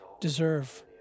deserve